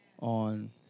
on